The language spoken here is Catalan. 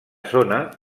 zona